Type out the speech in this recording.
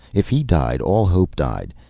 if he died all hope died.